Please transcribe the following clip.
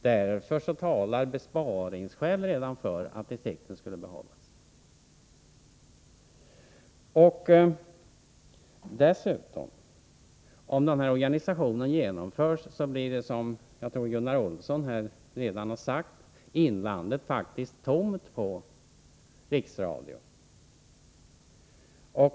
Därför talar redan besparingsskäl för att produktionen i distrikten skall behållas. Om den här organisationen genomförs blir dessutom — som Gunnar Olsson redan har sagt — inlandet så att säga tomt när det gäller Riksradion.